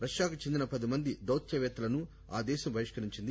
రష్యాకు చెందిన పది మంది దౌత్యవేత్తలను ఆ దేశం బహిష్కరించింది